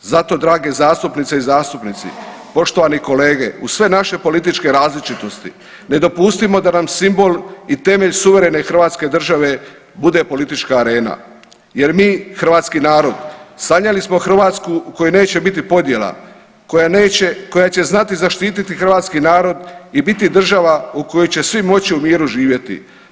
Zato drage zastupnice i zastupnici, poštovani kolege, uz sve naše političke različitosti ne dopustimo da nam simbol i temelj suverene hrvatske države bude politička arena jer mi hrvatski narod sanjali smo Hrvatsku u kojoj neće biti podjela, koja neće, koja će znati zaštititi hrvatski narod i biti država u kojoj će svi moći u miru živjeti.